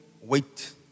wait